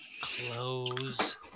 close